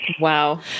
Wow